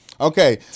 Okay